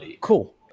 Cool